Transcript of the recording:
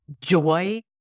joy